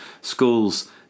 School's